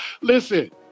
Listen